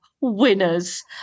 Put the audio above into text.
winners